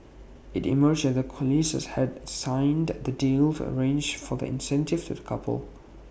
IT emerged that colliers had signed that the deal arrange for the incentive to the couple